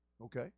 okay